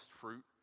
fruit